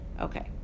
okay